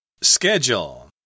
Schedule